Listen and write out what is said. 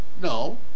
No